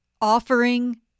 Offering